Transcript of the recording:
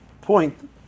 point